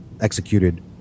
executed